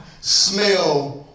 smell